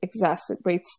exacerbates